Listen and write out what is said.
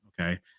Okay